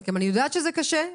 שזה קשה,